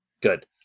Good